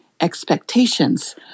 expectations